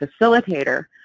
facilitator